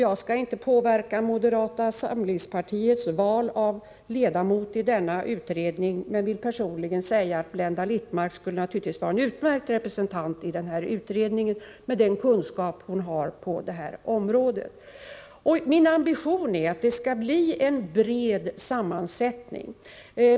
Jag skall inte påverka moderata samlingpartiets val av ledamot i den utredningen, men jag vill personligen säga att Blenda Littmarck naturligtvis skulle vara en utmärkt representant i den med tanke på den kunskap hon har på området. Min ambition är att utredningen skall få en bred sammansättning.